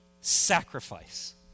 sacrifice